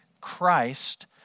Christ